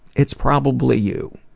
it's probably you.